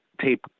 tape